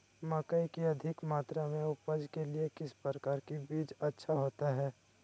मकई की अधिक मात्रा में उपज के लिए किस प्रकार की बीज अच्छा होता है?